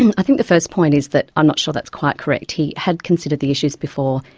and i think the first point is that i'm not sure that's quite correct he had considered the issues before,